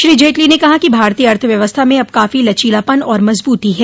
श्री जेटली ने कहा कि भारतीय अर्थव्यवस्था में अब काफी लचीलापन और मजबूती है